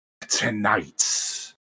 Tonight